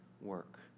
work